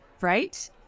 right